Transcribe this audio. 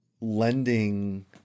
lending